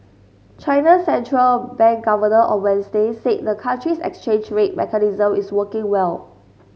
China's central bank governor on Wednesday said the country's exchange rate mechanism is working well